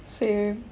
same